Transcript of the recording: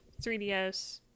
3DS